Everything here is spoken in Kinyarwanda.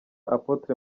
apotre